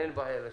אין בעיה.